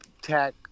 tech